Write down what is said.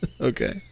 okay